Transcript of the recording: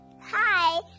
Hi